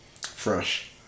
Fresh